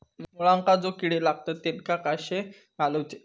मुळ्यांका जो किडे लागतात तेनका कशे घालवचे?